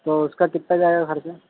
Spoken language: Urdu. تو اس کا کتنا جائے گا خرچہ